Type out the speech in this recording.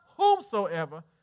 whomsoever